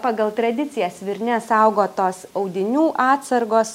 pagal tradiciją svirne saugotos audinių atsargos